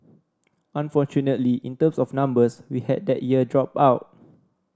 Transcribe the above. unfortunately in terms of numbers we had that year drop out